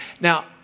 Now